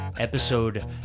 Episode